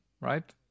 right